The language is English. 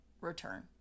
return